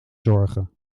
zorgen